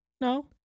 No